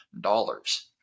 dollars